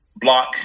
block